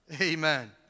Amen